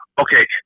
okay